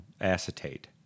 acetate